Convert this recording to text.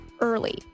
early